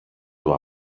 του